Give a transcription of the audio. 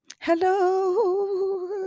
Hello